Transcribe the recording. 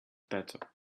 better